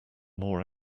more